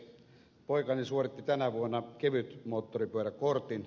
poikani suoritti tänä vuonna kevytmoottoripyöräkortin